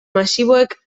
masiboek